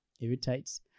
irritates